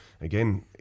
again